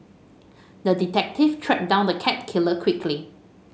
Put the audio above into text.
the detective tracked down the cat killer quickly